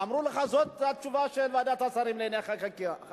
אמרו לך: זאת התשובה של ועדת השרים לענייני חקיקה.